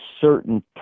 certain